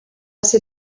ser